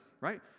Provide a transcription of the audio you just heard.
Right